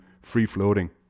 free-floating